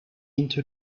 into